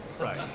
right